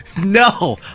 No